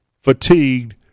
fatigued